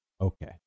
Okay